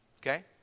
Okay